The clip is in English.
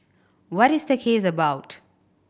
what is the case about